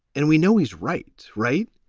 and we know he's right. right.